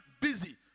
busy